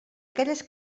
aquelles